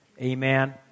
Amen